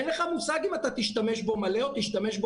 אין לך מושג אם תשמש בו מלא או חלקית,